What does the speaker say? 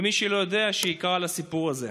ומי שלא יודע שיקרא על הסיפור הזה.